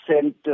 sent